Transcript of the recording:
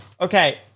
Okay